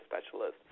specialist